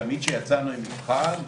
תמיד כשיצאנו עם מבחן,